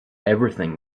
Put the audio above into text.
everything